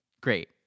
Great